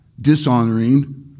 dishonoring